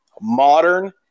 modern